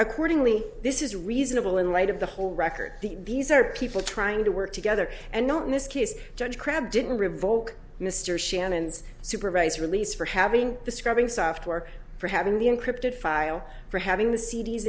accordingly this is reasonable in light of the whole record the these are people trying to work together and not in this case judge crabbe didn't revoke mr shannon's supervised release for having the scrubbing software for having the encrypted file for having the c